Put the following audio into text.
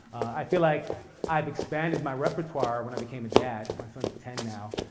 i feel like i've expanded my repertoire when i became a dad, my son's ten now.